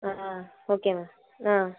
ஆ okay ma'am ஆ